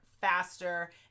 faster